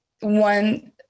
one